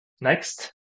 Next